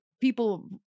people